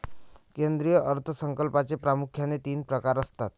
केंद्रीय अर्थ संकल्पाचे प्रामुख्याने तीन प्रकार असतात